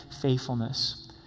faithfulness